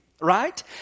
Right